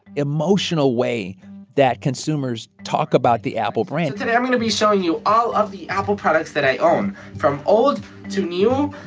emotional way that consumers talk about the apple brand so today i'm going to be showing you all of the apple products that i own, from old to new,